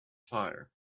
fire